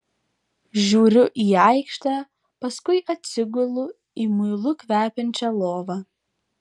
žiūriu į aikštę paskui atsigulu į muilu kvepiančią lovą